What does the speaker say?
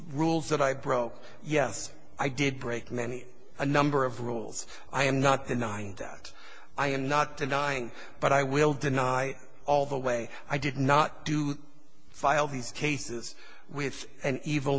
rules that i broke yes i did break many a number of rules i am not denying that i am not denying but i will deny all the way i did not do file these cases with an evil